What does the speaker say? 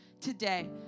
today